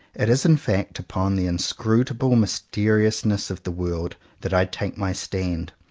it is in fact upon the in scrutable mysteriousness of the world that i take my stand.